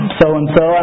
so-and-so